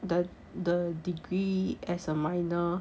the the degree as a minor